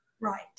Right